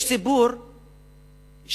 יש סיפור מהמסורת